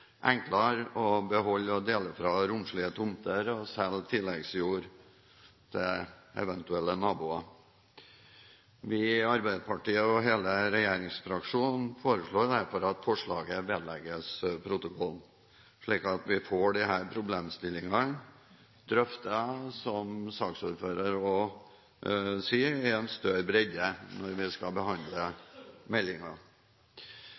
enklere å beholde og dele fra romslige tomter og selge tilleggsjord til eventuelle naboer. Vi i Arbeiderpartiet og hele regjeringsfraksjonen foreslår derfor at forslaget vedlegges protokollen, slik at vi får disse problemstillingene drøftet, som saksordføreren også sier, i en større bredde når vi skal